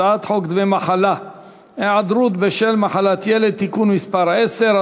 הצעת חוק דמי מחלה (היעדרות בשל מחלת ילד) (תיקון מס' 10),